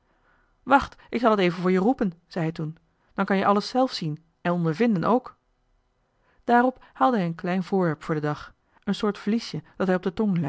wacht ik zal t even voor je roepen zei hij toen dan kan je alles zelf zien en ondervinden ook daarop haalde hij een klein voorwerp voor den dag een soort vliesje dat hij op de